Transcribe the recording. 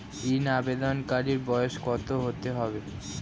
ঋন আবেদনকারী বয়স কত হতে হবে?